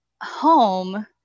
home